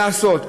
לעשות.